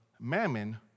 mammon